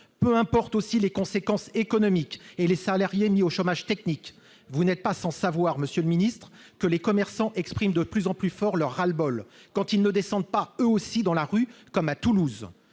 Peu importent aussi les conséquences économiques et les salariés mis au chômage technique ! Vous n'êtes pas sans savoir, monsieur le ministre, que les commerçants expriment de plus en plus fort leur ras-le-bol, quand ils ne descendent pas, eux aussi, dans la rue, comme à Toulouse.